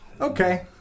Okay